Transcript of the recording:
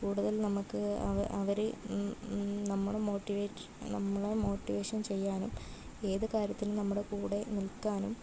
കൂടുതൽ നമുക്ക് അവർ നമ്മളെ മോട്ടിവേറ്റ് നമ്മളെ മോട്ടിവേഷൻ ചെയ്യാനും ഏത് കാര്യത്തിലും നമ്മുടെ കൂടെ നിൽക്കാനും